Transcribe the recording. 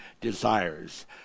desires